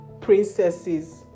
princesses